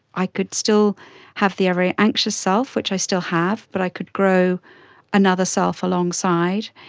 i could still have the very anxious self, which i still have, but i could grow another self alongside.